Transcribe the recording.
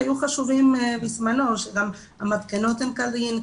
שהיו חשובים בזמנו שגם ההתקנה היא כדין,